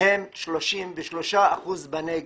הם 33 אחוזים בנגב.